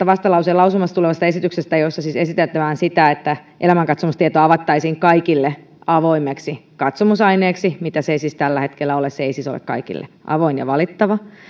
vastalauseen lausumassa tulevasta esityksestä jossa siis esitetään sitä että elämänkatsomustieto avattaisiin kaikille avoimeksi katsomusaineeksi mitä se ei siis tällä hetkellä ole se ei siis ole kaikille avoin ja valittava